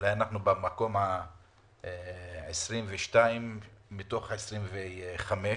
אולי אנחנו במקום ה-22 מתוך 25 מדינות.